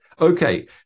Okay